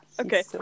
Okay